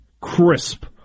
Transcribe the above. crisp